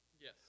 Yes